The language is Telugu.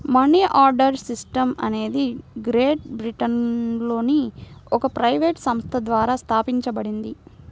మనీ ఆర్డర్ సిస్టమ్ అనేది గ్రేట్ బ్రిటన్లోని ఒక ప్రైవేట్ సంస్థ ద్వారా స్థాపించబడింది